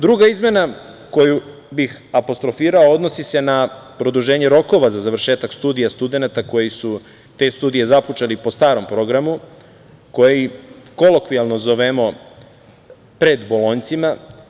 Druga izmena koju bih apostrofirao odnosi se na produženje rokova za završetak studija studenata koji su te studije započeli po starom programu, koji kolokvijalno zovemo „predbolonjcima“